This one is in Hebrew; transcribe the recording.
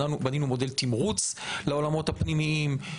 בנינו מודל תמרוץ לעולמות הפנימאים,